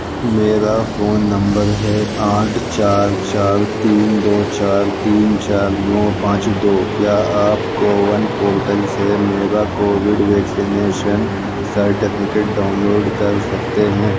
میرا phone number ہے آٹھ چار چار تین دو چار تین چار نو پانچ دو کیا آپ کوون پورٹل سے میرا covid vaccination certificate download کر سکتے ہیں